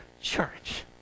church